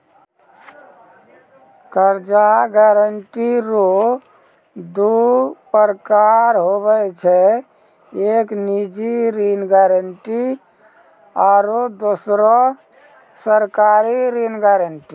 कर्जा गारंटी रो दू परकार हुवै छै एक निजी ऋण गारंटी आरो दुसरो सरकारी ऋण गारंटी